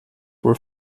were